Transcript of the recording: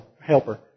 helper